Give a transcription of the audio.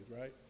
right